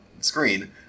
screen